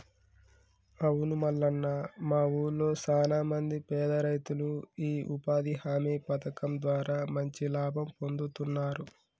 అవును మల్లన్న మా ఊళ్లో సాన మంది పేద రైతులు ఈ ఉపాధి హామీ పథకం ద్వారా మంచి లాభం పొందుతున్నారు